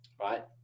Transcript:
right